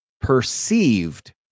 perceived